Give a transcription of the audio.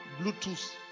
bluetooth